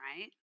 right